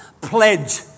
pledge